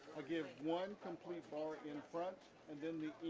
i'll give one complete bar in front and then the